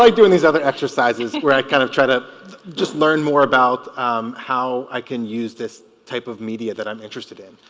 doing these other exercises where i kind of try to just learn more about how i can use this type of media that i'm interested in